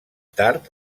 tard